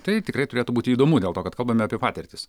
tai tikrai turėtų būti įdomu dėl to kad kalbame apie patirtis